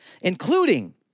including